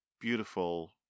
beautiful